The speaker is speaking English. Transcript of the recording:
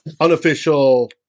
unofficial